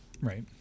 Right